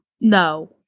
no